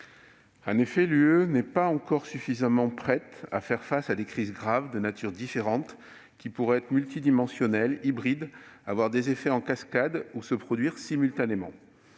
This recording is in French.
L'union est encore insuffisamment prête pour faire face à des crises graves de nature différente, qui pourraient être multidimensionnelles, hybrides, avoir des effets en cascade ou se produire simultanément.